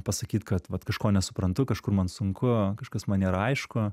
pasakyt kad vat kažko nesuprantu kažkur man sunku kažkas man nėra aišku